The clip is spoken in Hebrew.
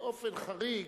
באופן חריג,